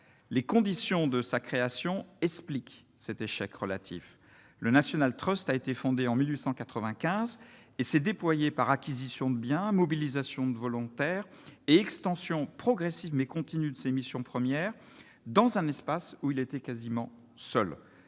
les conditions de sa création, explique cet échec relatif, le National Trust a été fondée en 1895 et s'est déployée par acquisition de biens mobilisation de volontaires et extension progressive mais continue de ses missions premières dans un espace où il était quasiment seul,